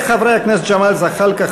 חברי הכנסת ג'מאל זחאלקה,